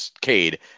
Cade